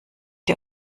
der